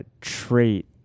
trait